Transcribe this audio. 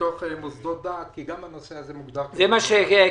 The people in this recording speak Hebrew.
בתוך מוסדות דת כי גם הנושא הזה מוגדר -- זה מה שקטי